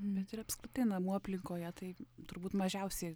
bet ir apskritai namų aplinkoje tai turbūt mažiausiai